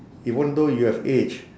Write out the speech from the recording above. even though you have aged